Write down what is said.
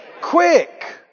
Quick